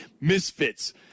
Misfits